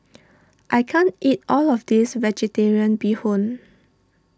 I can't eat all of this Vegetarian Bee Hoon